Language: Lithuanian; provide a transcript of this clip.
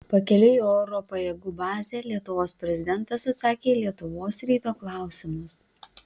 pakeliui į oro pajėgų bazę lietuvos prezidentas atsakė į lietuvos ryto klausimus